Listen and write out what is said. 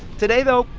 today, though,